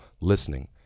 listening